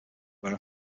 where